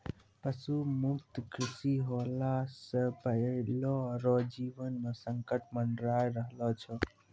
पशु मुक्त कृषि होला से बैलो रो जीवन मे संकट मड़राय रहलो छै